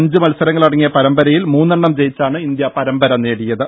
അഞ്ച് മത്സരങ്ങളടങ്ങിയ പരമ്പരയിൽ മൂന്നെണ്ണം ജയിച്ചാണ് ഇന്ത്യ പരമ്പര നേടിയത്